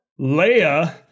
Leia